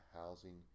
housing